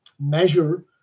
measure